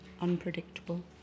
unpredictable